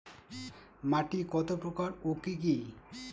মাটি কতপ্রকার ও কি কী?